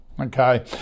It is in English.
Okay